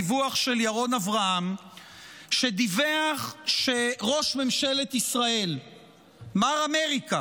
דיווח של ירון אברהם שראש ממשלת ישראל מר אמריקה,